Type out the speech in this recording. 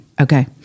Okay